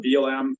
BLM